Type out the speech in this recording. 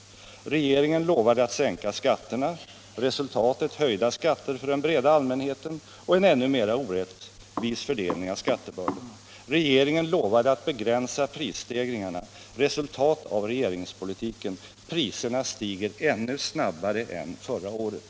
Regeringen lovade att sänka skatterna. Resultat: höjda skatter för den breda allmänheten och en ännu mera orättvis fördelning av skattebördan. Regeringen lovade att begränsa prisstegringarna. Resultat av regeringspolitiken: priserna stiger ännu snabbare än förra året.